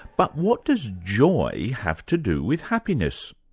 but what does joy have to do with happiness?